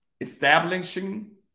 establishing